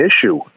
issue